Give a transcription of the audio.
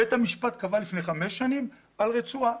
בית המשפט קבע לפני חמש שנים לגבי רצועה.